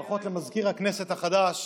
ברכות למזכיר הכנסת החדש.